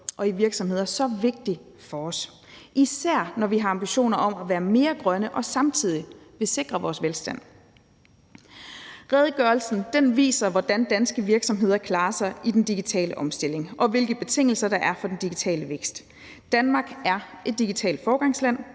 og i virksomheder så vigtigt for os, især når vi har ambitioner om at være mere grønne og samtidig vil sikre vores velstand. Redegørelsen viser, hvordan danske virksomheder klarer sig i den digitale omstilling, og hvilke betingelser der er for den digitale vækst. Danmark er et digitalt foregangsland;